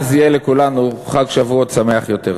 אז יהיה לכולנו חג שבועות שמח יותר.